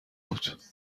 بود